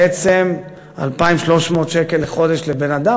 בעצם 2,300 שקל לחודש לבן-אדם,